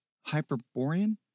Hyperborean